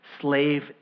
slave